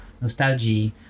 nostalgia